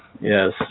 yes